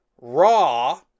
raw